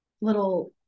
little